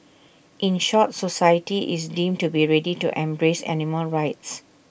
in short society is deemed to be ready to embrace animal rights